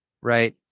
Right